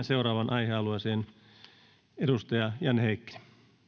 seuraavaan aihealueeseen edustaja janne heikkinen